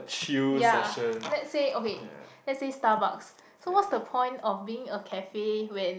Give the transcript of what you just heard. ya let's say okay let's say Starbucks so what's the point of being a cafe when